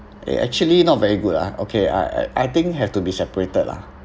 eh actually not very good ah okay I I I think have to be separated lah